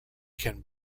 can